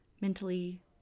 mentally